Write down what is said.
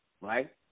right